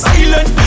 Silent